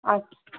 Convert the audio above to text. আচ্ছা